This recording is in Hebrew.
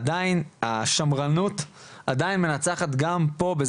עדיין השמרנות מנצחת גם פה.